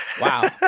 wow